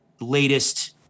latest